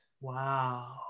Wow